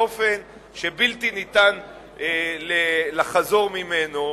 באופן שבלתי ניתן לחזור ממנו,